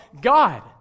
God